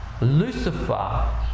Lucifer